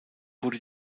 wurde